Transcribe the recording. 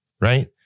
right